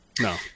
No